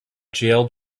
jailed